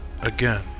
again